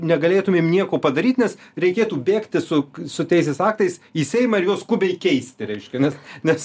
negalėtumėm nieko padaryt nes reikėtų bėgti su su teisės aktais į seimą ir juos skubiai keisti reiškia nes nes